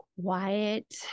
Quiet